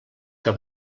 que